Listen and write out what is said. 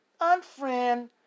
unfriend